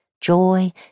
joy